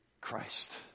Christ